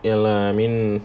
ya lah I mean